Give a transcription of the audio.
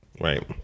right